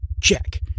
Check